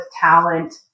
talent